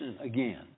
again